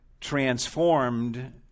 transformed